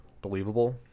believable